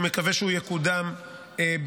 אני מקווה שהוא יקודם במהרה.